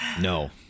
No